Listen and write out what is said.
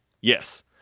Yes